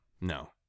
No